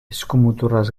eskumuturraz